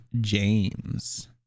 James